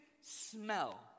smell